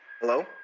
Hello